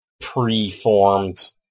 pre-formed